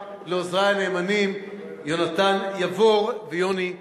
לעוזרי הנאמנים יונתן יאבור ויוני חזיז.